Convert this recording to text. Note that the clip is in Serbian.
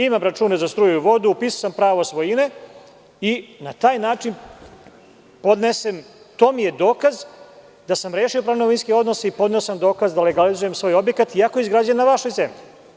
Imam račune za struju i vodu, upisao sam pravo svojine i na taj način imam dokaz da sam rešio pravno-imovinske odnose i podneo sam dokaz da legalizujem svoj objekat, iako je izgrađen na vašoj zemlji.